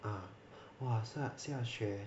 ah !wah! 下雪